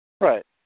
Right